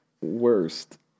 Worst